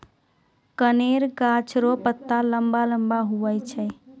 कनेर गाछ रो पत्ता लम्बा लम्बा हुवै छै